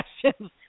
questions